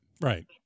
Right